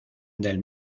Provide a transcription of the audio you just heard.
del